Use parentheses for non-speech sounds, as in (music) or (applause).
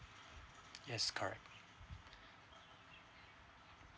yes correct (breath)